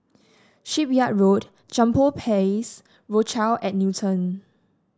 Shipyard Road Jambol Place Rochelle at Newton